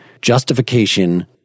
justification